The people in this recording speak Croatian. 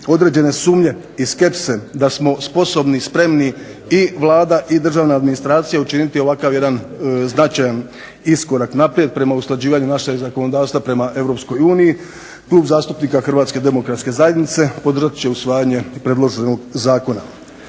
određene sumnje i skepse da smo sposobni, spremni i Vlada i državna administracija učiniti ovakav jedan značajan iskorak naprijed prema usklađivanju našeg zakonodavstva prema Europskoj uniji, Klub zastupnika Hrvatske demokratske zajednice podržat će usvajanje predloženog zakona.